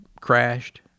crashed